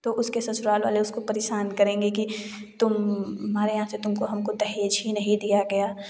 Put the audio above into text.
तो उसके ससुराल वाले उसको परेशान करेंगे कि तुम्हारे यहाँ से तुमको हमको दहेज ही नहीं दिया गया